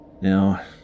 Now